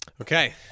okay